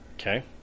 Okay